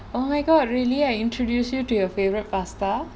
oh my god really I introduced you to your favourite pasta